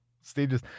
stages